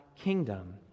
kingdom